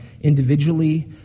individually